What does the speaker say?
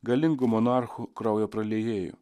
galingų monarchų kraujo praliejimo